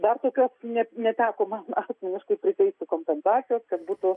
dar tokios ne neteko man asmeniškai priteisti kompensacijos kad būtų